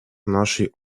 нашей